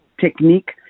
technique